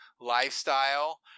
lifestyle